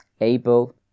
able